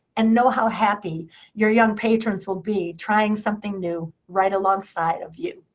and know how happy your young patrons will be, trying something new right alongside of you.